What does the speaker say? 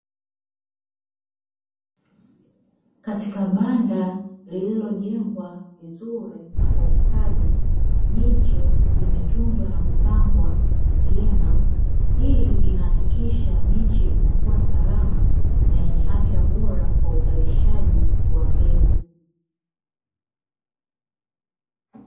Katika banda lililojengwa vizuri na kwa ustadi, miche imetunzwa na kupandwa vyema. Hii inahakikisha miche inakua salama na yenye afya bora kw uzalishaji wa mbegu.